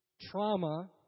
trauma